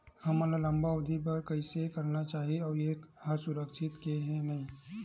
हमन ला लंबा अवधि के बर कइसे करना चाही अउ ये हा सुरक्षित हे के नई हे?